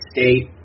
State